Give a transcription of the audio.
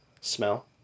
Smell